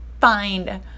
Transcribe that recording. find